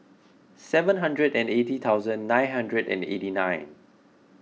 seven hundred and eighty thousand nine hundred and eighty nine